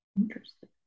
Interesting